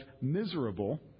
miserable